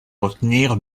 retenir